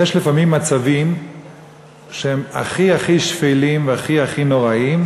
יש לפעמים מצבים שהם הכי הכי שפלים והכי הכי נוראיים,